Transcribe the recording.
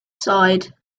side